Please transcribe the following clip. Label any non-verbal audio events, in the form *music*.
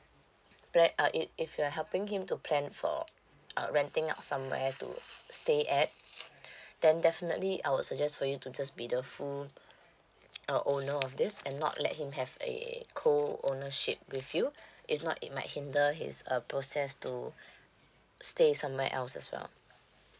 pla~ uh if if you're helping him to plan for uh renting out somewhere to stay at *breath* then definitely I would suggest for you to just be the full uh owner of this and not let him have a co ownership with you if not it might hinder his uh process to stay somewhere else as well